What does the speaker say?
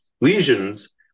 lesions